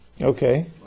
Okay